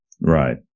Right